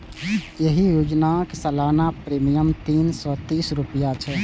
एहि योजनाक सालाना प्रीमियम तीन सय तीस रुपैया छै